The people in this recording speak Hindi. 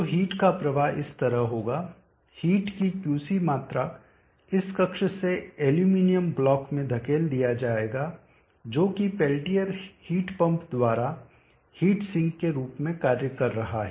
तो हीट का प्रवाह इस तरह होगा हीट की QC मात्रा इस कक्ष से एल्यूमीनियम ब्लॉक में धकेल दिया जाएगा जो कि पेल्टियर हीट पंप द्वारा हीट सिंक के रूप में कार्य कर रहा है